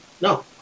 No